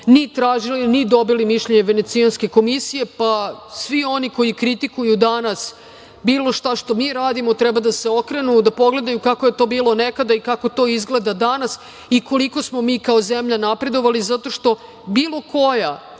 ni tražili, ni dobili mišljenje Venecijanske komisije, pa, svi oni koji kritikuju danas bilo šta što mi radimo treba da se okrenu da pogledaju kako je to bilo nekada i kako to izgleda danas i koliko smo mi kao zemlja napredovali, zato što bilo koja